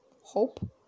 hope